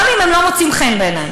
גם אם הם לא מוצאים חן בעיני.